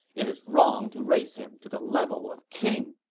it is wrong to raise him to the level of king.